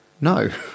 no